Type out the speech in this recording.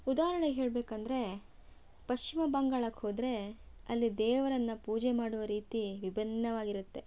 ಉದಾಹರಣೆ ಹೇಳ್ಬೇಕಂದರೆ ಪಶ್ಚಿಮ ಬಂಗಾಳಕ್ಕೆ ಹೋದರೆ ಅಲ್ಲಿ ದೇವರನ್ನ ಪೂಜೆ ಮಾಡುವ ರೀತಿ ವಿಭಿನ್ನವಾಗಿರತ್ತೆ